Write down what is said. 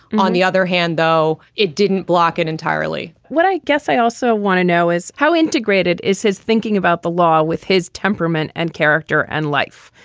on the other hand though it didn't block it entirely what i guess i also want to know is how integrated is his thinking about the law with his temperament and character and life.